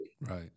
right